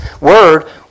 Word